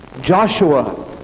Joshua